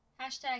Hashtag